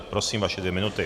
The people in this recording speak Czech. Prosím, vaše dvě minuty.